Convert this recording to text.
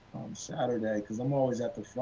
saturday, because i'm always at the